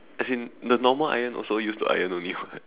as in the normal iron also used to iron only [what]